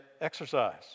exercise